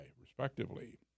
respectively